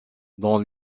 dans